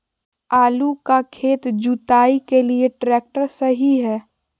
आलू का खेत जुताई के लिए ट्रैक्टर सही है?